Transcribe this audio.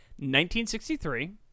1963